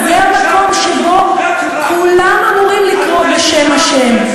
זה המקום שבו כולם אמורים לקרוא בשם השם.